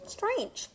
Strange